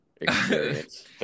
experience